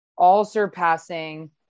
all-surpassing